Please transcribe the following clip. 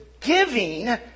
Giving